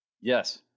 Yes